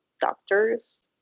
doctors